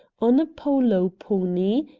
on a polo pony,